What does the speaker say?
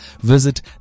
Visit